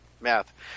math